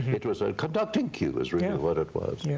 it was a conducting cue is really what it was.